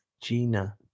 Gina